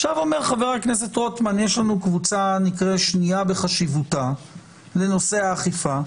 עכשיו אומר חבר הכנסת רוטמן שיש קבוצה שניה בחשיבותה לנושא האכיפה,